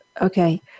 Okay